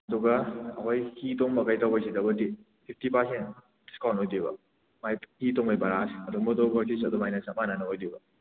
ꯑꯗꯨꯒ ꯑꯩꯈꯣꯏ ꯍꯤ ꯇꯣꯡꯕ ꯀꯔꯤ ꯇꯧꯕꯁꯤꯗꯕꯨꯗꯤ ꯐꯤꯐꯇꯤ ꯄꯔꯁꯦꯟ ꯗꯤꯁꯀꯥꯎꯟ ꯑꯣꯏꯗꯣꯏꯕ ꯃꯥꯏ ꯍꯤ ꯇꯣꯡꯕꯒꯤ ꯚꯔꯥꯁꯦ ꯑꯗꯣ ꯃꯣꯇꯣꯔꯕꯣꯠꯀꯤꯁꯨ ꯑꯗꯨꯃꯥꯏꯅ ꯆꯞ ꯃꯥꯟꯅ ꯑꯣꯏꯗꯧꯏꯕ